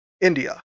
India